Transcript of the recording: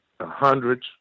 hundreds